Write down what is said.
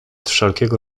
wszelkiego